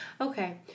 Okay